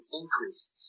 increases